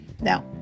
Now